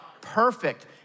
perfect